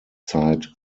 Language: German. zeit